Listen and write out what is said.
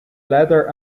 leather